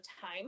time